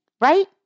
right